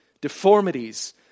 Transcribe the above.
deformities